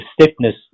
stiffness